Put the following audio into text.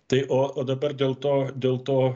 tai o o dabar dėl to dėl to